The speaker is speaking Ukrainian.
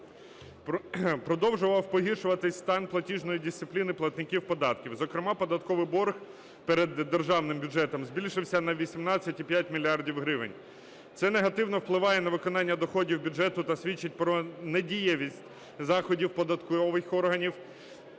Продовжував погіршуватись стан платіжної дисципліни платників податків. Зокрема, податковий борг перед державним бюджетом збільшився на 18,5 мільярда гривень. Це негативно впливає на виконання доходів бюджет та свідчить про недієвість заходів податкових органів